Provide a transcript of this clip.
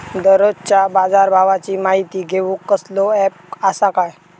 दररोजच्या बाजारभावाची माहिती घेऊक कसलो अँप आसा काय?